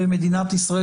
ומדינת ישראל